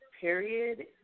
period